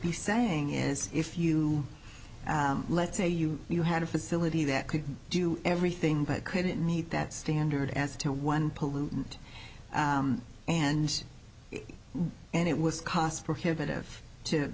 be saying is if you let's say you you had a facility that could do everything but couldn't meet that standard as to one pollutant and and it was cost prohibitive to